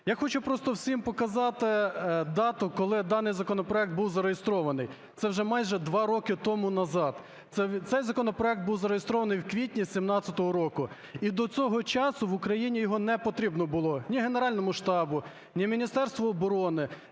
Я хочу просто всім показати дату, коли даний законопроект був зареєстрований. Це вже майже 2 роки тому назад. Цей законопроект був зареєстрований у квітні 17-го року. І до цього часу в Україні його не потрібно було ні Генеральному штабу, ні Міністерству оборони,